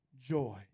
Joy